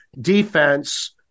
defense